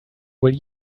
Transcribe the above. will